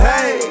Hey